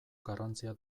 garrantzia